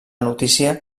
notícia